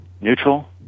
Neutral